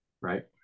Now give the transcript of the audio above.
right